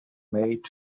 made